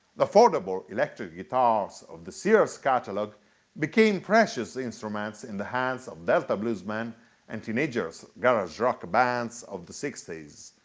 the affordable electric guitars of the sears catalog became precious instruments in the hands of delta bluesmen and teenagers garage-rock bands of the sixty s.